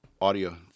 audio